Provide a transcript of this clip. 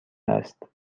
است